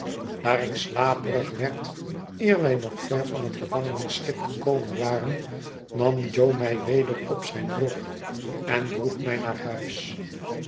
daar ik slaperig werd eer wij nog ver van het gevangenis schip gekomen waren nam jo mij weder op zijn rug en droeg mij naar huis